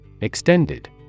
Extended